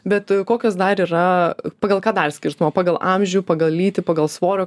bet kokios dar yra pagal ką dar skirstoma pagal amžių pagal lytį pagal svorio